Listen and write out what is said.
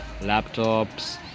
laptops